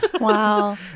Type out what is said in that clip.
Wow